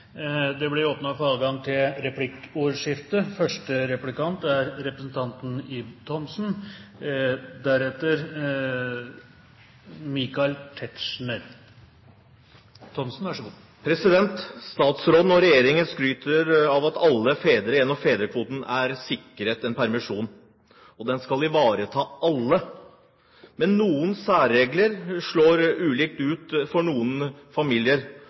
Det blir åpnet for replikkordskifte. Statsråden og regjeringen skryter av at alle fedre gjennom fedrekvoten er sikret en permisjon, og den skal ivareta alle. Men noen særregler slår ulikt ut for